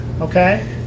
Okay